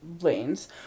lanes